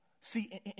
See